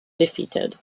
defeated